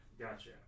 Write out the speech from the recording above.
Gotcha